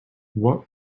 what